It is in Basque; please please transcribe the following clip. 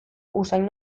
usain